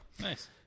nice